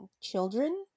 children